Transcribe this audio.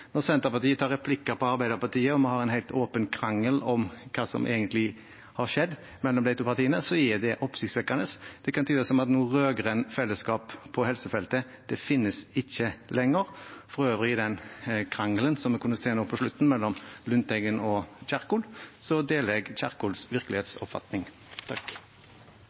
Når Senterpartiet tar replikker på Arbeiderpartiet, og vi får en helt åpen krangel om hva som egentlig har skjedd, mellom de to partiene, er det oppsiktsvekkende. Det kan tyde på at noe rød-grønt fellesskap på helsefeltet ikke finnes lenger. For øvrig, når det gjelder den krangelen vi kunne se nå på slutten mellom Lundteigen og Kjerkol, deler jeg Kjerkols virkelighetsoppfatning.